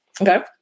Okay